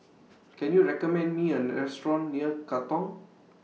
Can YOU recommend Me A Restaurant near Katong